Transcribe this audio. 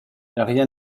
rien